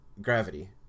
gravity